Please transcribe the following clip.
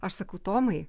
aš sakau tomai